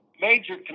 major